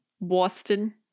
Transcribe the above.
Boston